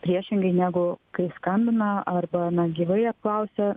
priešingai negu kai skambina arba na gyvai apklausia